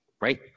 right